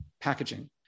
packaging